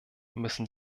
müssen